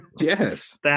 Yes